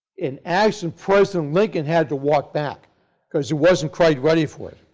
an action president lincoln had to walk back because he wasn't quite ready for